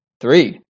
three